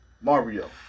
Mario